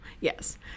Yes